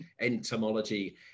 entomology